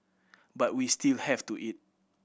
but we still have to eat